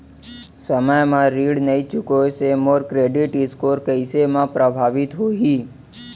समय म ऋण नई चुकोय से मोर क्रेडिट स्कोर कइसे म प्रभावित होही?